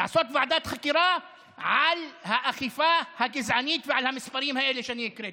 לעשות ועדת חקירה על האכיפה הגזענית ועל המספרים האלה שאני הקראתי.